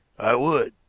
i would,